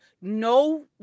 No